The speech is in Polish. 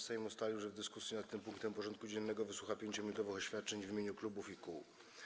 Sejm ustalił, że w dyskusji nad tym punktem porządku dziennego wysłucha 5-minutowych oświadczeń w imieniu klubów i kół.